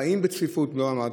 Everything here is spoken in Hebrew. חיים בצפיפות רבה.